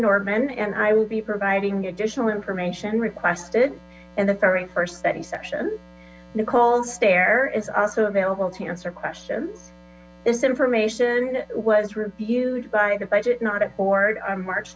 nordman and i will be providing additional information requested in the very first study session nichole's there is also available to answer questions this information was reviewed by the budget not at board on march